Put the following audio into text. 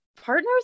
partners